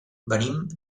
venim